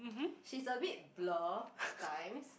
she's a bit blur at times